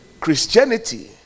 Christianity